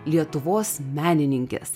lietuvos menininkės